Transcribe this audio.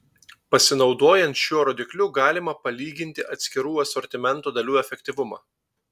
pasinaudojant šiuo rodikliu galima palyginti atskirų asortimento dalių efektyvumą